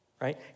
right